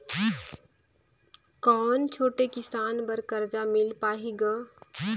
कौन छोटे किसान बर कर्जा मिल पाही ग?